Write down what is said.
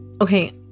Okay